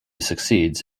succeeds